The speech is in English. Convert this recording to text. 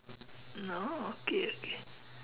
no okay okay